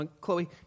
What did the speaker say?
Chloe